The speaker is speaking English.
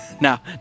Now